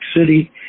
City